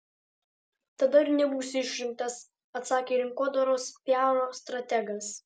tada ir nebūsi išrinktas atsakė rinkodaros piaro strategas